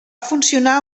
funcionar